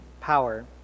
Power